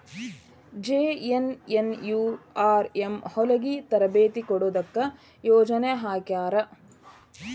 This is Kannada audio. ಜೆ.ಎನ್.ಎನ್.ಯು.ಆರ್.ಎಂ ಹೊಲಗಿ ತರಬೇತಿ ಕೊಡೊದಕ್ಕ ಯೊಜನೆ ಹಾಕ್ಯಾರ